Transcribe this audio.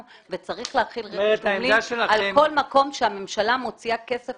וצריך להתחיל ולהחיל על כל מקום שהממשלה מוציאה כסף